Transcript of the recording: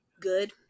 good